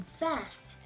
fast